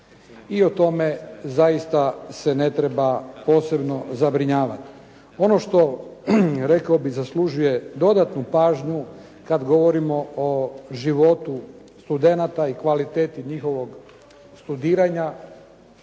i o tome zaista se ne treba posebno zabrinjavati. Ono što rekao bih zaslužuje dodatnu pažnju kada govorimo o životu studenata i kvaliteti njihovog studiranja